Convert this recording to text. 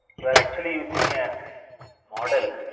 your actually using a model,